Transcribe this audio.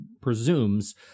presumes